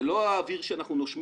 זה לא האוויר שאנחנו נושמים.